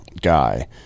guy